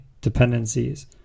dependencies